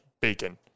bacon